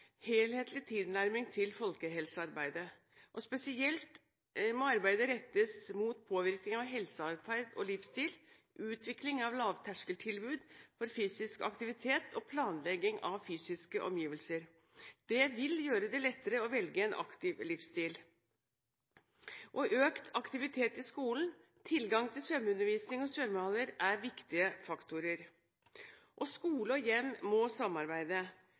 helhetlig tilnærming til folkehelsearbeidet. Spesielt må arbeidet rettes mot påvirkning av helseatferd og livsstil, utvikling av lavterskeltilbud for fysisk aktivitet og planlegging av fysiske omgivelser. Det vil gjøre det lettere å velge en aktiv livsstil. Økt fysisk aktivitet i skolen, tilgang til svømmeundervisning og svømmehaller er viktige faktorer. Skole og hjem må samarbeide.